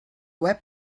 web